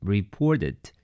Reported